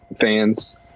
fans